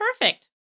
Perfect